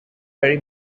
very